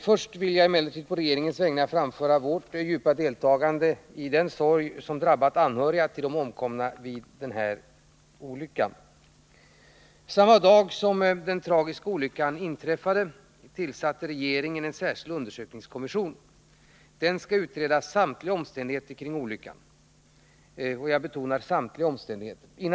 Först vill jag på regeringens vägnar framföra vårt djupa deltagande i den sorg som drabbat anhöriga till de omkomna vid broolyckan. Samma dag som den tragiska olyckan inträffade tillsatte regeringen en särskild undersökningskommission. Kommissionen skall utreda samtliga omständigheter — jag betonar samtliga omständigheter — kring olyckan.